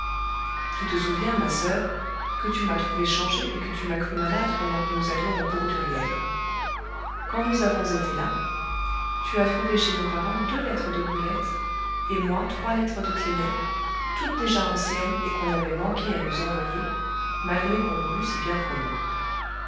tu te souviens ma soeur que tu m'as trouvé changé et que tu m'as cru malade pendant que nous allions au bourg d'huriel quand nous avons été là tu as trouvé chez nos parents deux lettres de brulette et moi trois lettres de tiennet toutes déjà anciennes et qu'on avait manqué à nous envoyer malgré qu'on nous l'eût si bien promis